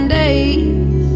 days